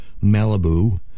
Malibu